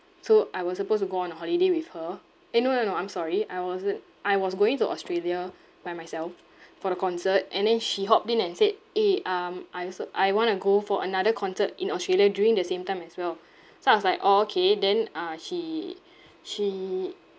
so I was supposed to go on a holiday with her eh no no no I'm sorry I wasn't I was going to australia by myself for a concert and then she hopped in and said eh um I also I want to go for another concert in australia during the same time as well so I was like orh okay then uh she she